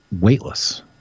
weightless